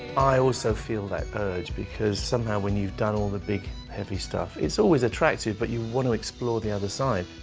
i also feel that urge because somehow when you've done all the big heavy stuff, it's always attractive but you want to explore the ah the side.